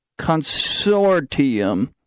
Consortium